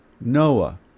Noah